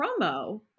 promo